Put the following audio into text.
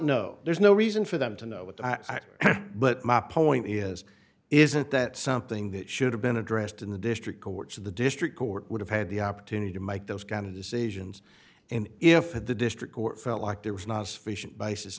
know there's no reason for them to know what i but my point is isn't that something that should have been addressed in the district courts of the district court would have had the opportunity to make those kind of decisions and if the district court felt like there was not sufficient basis